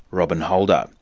robyn holder.